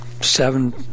seven